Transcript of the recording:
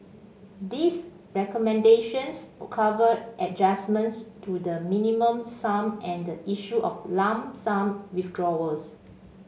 these recommendations cover adjustments to the Minimum Sum and the issue of lump sum withdrawals